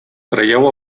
traieu